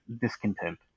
discontent